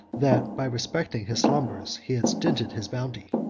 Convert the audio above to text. that by respecting his slumbers he had stinted his bounty.